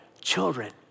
children